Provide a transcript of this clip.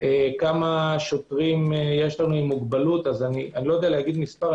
כמה שוטרים יש לנו עם מוגבלות אני לא יודע לומר מספר.